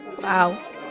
Wow